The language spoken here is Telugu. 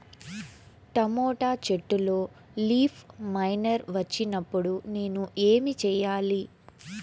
టమోటా చెట్టులో లీఫ్ మైనర్ వచ్చినప్పుడు నేను ఏమి చెయ్యాలి?